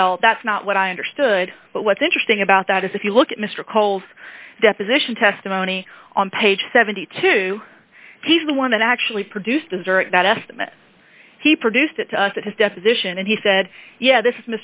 well that's not what i understood but what's interesting about that is if you look at mr coles deposition testimony on page seventy two dollars he's the one that actually produced dessert not estimate he produced it to us at his deposition and he said yeah this